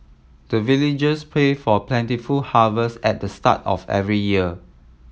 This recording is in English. the villagers pray for plentiful harvest at the start of every year